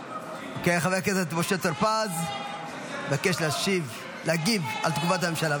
חבר הכנסת טור פז מבקש להגיב על תגובת הממשלה.